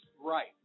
right